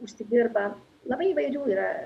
užsidirba labai įvairių yra